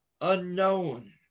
unknown